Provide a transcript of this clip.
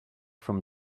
from